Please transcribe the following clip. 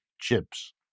chips